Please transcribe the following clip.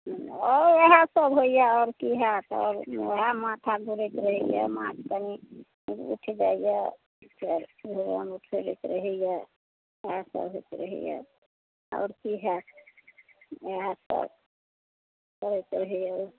आओर वएह सब होइया आओर की होयत आओर वएह माथा दरद रहैया माथ कनी उठि जाइए चलैत रहैया इएह सब होइत रहैया आओर की होयत इएय सब इएय सब होइया